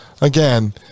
again